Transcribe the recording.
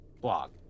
blog